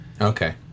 Okay